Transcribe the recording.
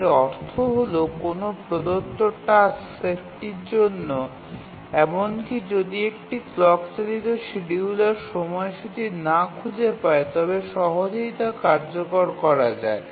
এর অর্থ হল কোনও প্রদত্ত টাস্ক সেটটির জন্য এমনকি যদি একটি ক্লক চালিত শিডিয়ুলার সময়সূচী না খুঁজে পায় তবে সহজেই তা কার্যকর করা যায়